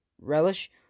relish